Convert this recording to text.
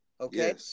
Okay